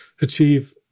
achieve